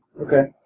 Okay